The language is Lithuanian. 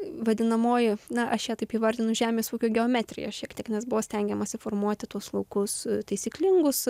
vadinamoji na aš ją taip įvardinu žemės ūkio geometrija šiek tiek nes buvo stengiamasi formuoti tuos laukus taisyklingus